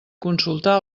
consultar